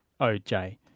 OJ